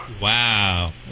Wow